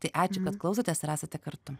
tai ačiū kad klausotės ir esate kartu